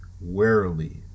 warily